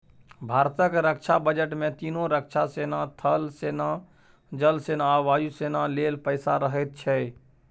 भारतक रक्षा बजट मे तीनों रक्षा सेना थल सेना, जल सेना आ वायु सेना लेल पैसा रहैत छै